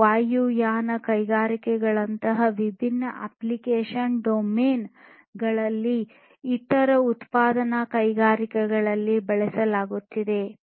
ವಾಯುಯಾನ ಕೈಗಾರಿಕೆಗಳಂತಹ ವಿಭಿನ್ನ ಅಪ್ಲಿಕೇಶನ್ ಡೊಮೇನ್ ಗಳಲ್ಲಿ ಇತರ ಉತ್ಪಾದನಾ ಕೈಗಾರಿಕೆಗಳಿಗೆ ಬಳಸಲಾಗುತ್ತಿದೆ